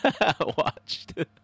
watched